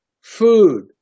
food